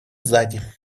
сзади